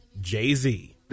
Jay-Z